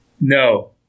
No